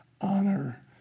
Honor